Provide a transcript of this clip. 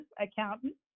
accountant